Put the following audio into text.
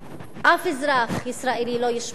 אף אזרח ישראלי לא ישמע,